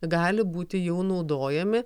gali būti jau naudojami